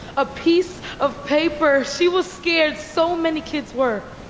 a piece of paper! she was scared, so many kids were.